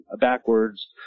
backwards